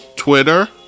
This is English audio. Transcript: Twitter